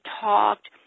talked